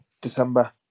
December